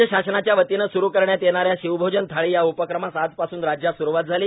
राज्य शासनाच्या वतीनं सुरू करण्यात येणाऱ्या शिवभोजन थाळी या उपक्रमास आजपासून राज्यात स्रूवात झाली